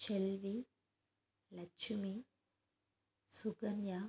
Selvi Lakshmi Sukanya